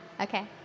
Okay